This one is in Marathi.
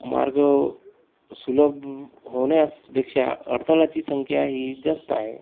मार्ग सुलभ होण्यापेक्षा अडथळयाची संख्या ही जास्त आहे